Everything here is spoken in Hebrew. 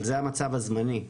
אבל זה המצב הזמני.